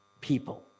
people